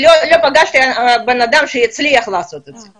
לא פגשתי בן אדם שהצליח לעשות את זה.